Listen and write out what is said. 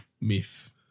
Myth